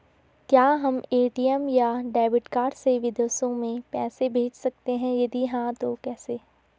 क्या हम ए.टी.एम या डेबिट कार्ड से विदेशों में पैसे भेज सकते हैं यदि हाँ तो कैसे?